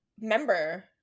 member